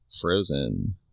Frozen